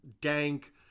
dank